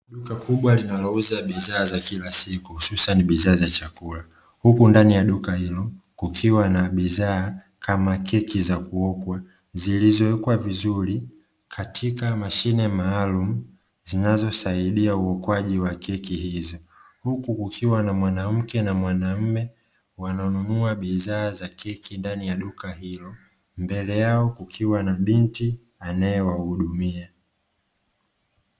Duka kubwa linalouza bidhaa za kila siku hususani ni bidhaa za chakula. Huku ndani ya duka hilo kukiwa na bidhaa kama keki za kuokwa zilizowekwa vizuri katika mashine maalumu zinazosaidia uokwaji wa keki hizi. Huku kukiwa na mwanamke na mwanaume wananunua bidhaa za keki ndani ya duka hilo, mbele yao kukiwa na binti anayewahudumia.